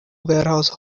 warehouse